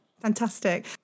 Fantastic